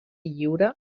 lliure